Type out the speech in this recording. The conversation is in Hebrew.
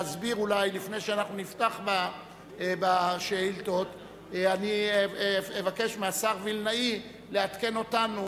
לפני שנפתח בשאילתות וניתן לשר וילנאי לעדכן אותנו